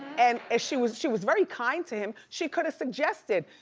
and ah she was she was very kind to him, she could've suggested,